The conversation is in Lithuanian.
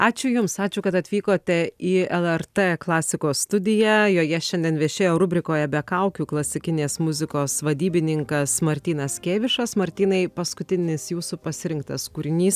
ačiū jums ačiū kad atvykote į lrt klasikos studiją joje šiandien viešėjo rubrikoje be kaukių klasikinės muzikos vadybininkas martynas kėvišas martynai paskutinis jūsų pasirinktas kūrinys